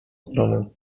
stronę